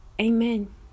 amen